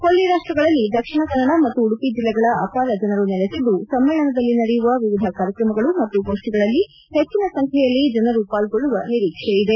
ಕೊಲ್ಲಿ ರಾಷ್ಟ್ರಗಳಲ್ಲಿ ದಕ್ಷಿಣ ಕನ್ನಡ ಮತ್ತು ಉಡುಪಿ ಜಿಲ್ವೆಗಳ ಅಪಾರ ಜನರು ನೆಲೆಸಿದ್ದು ಸಮ್ಮೇಳನದಲ್ಲಿ ನಡೆಯುವ ವಿವಿಧ ಕಾರ್ಯಮಗಳು ಮತ್ತು ಗೋಷ್ಠಿಗಳಲ್ಲಿ ಹೆಚ್ಚಿನ ಸಂಖ್ಯೆಯಲ್ಲಿ ಜನರು ಪಾಲ್ಗೊಳ್ಳುವ ನಿರೀಕ್ಷೆ ಇದೆ